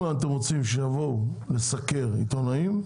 אם אתם רוצים שיבואו לסקר עיתונאים,